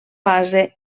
base